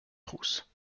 trousses